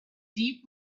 deep